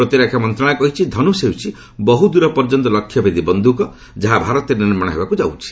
ପ୍ରତିରକ୍ଷା ମନ୍ତ୍ରଣାଳୟ କହିଛି ଧନୁଷ ହେଉଛି ବହୁ ଦୂର ପର୍ଯ୍ୟନ୍ତ ଲକ୍ଷ୍ୟ ଭେଦି ବନ୍ଧୁକ ଯାହା ଭାରତରେ ନିର୍ମାଣ ହେବାକୁ ଯାଉଛି